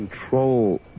Control